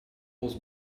was